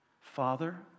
Father